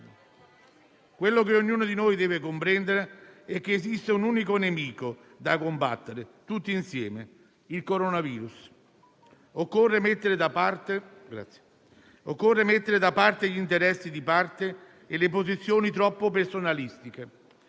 Quello che ognuno di noi deve comprendere è che esiste un unico nemico da combattere tutti insieme: il coronavirus. Occorre mettere da un lato gli interessi di parte e le posizioni troppo personalistiche